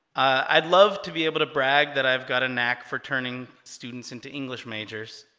i'd love to be able to brag that i've got a knack for turning students into english majors